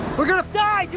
we're gonna die, dude!